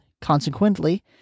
Consequently